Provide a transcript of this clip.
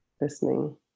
listening